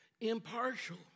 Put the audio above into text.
impartial